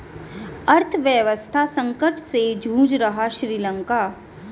अर्थव्यवस्था संकट से जूझ रहा हैं श्रीलंका